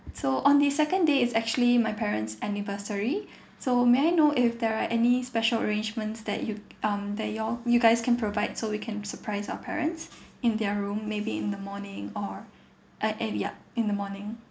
so on the second day is actually my parent's anniversary so may I know if there are any special arrangements that you um that y'all you guys can provide so we can surprise our parents in their room maybe in the morning or at at yup in the morning